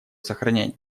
сохранять